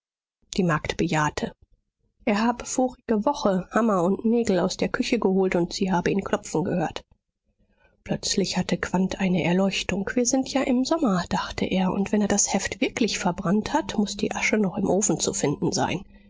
die magd bejahte er habe vorige woche hammer und nägel aus der küche geholt und sie habe ihn klopfen gehört plötzlich hatte quandt eine erleuchtung wir sind ja im sommer dachte er und wenn er das heft wirklich verbrannt hat muß die asche noch im ofen zu finden sein